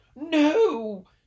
No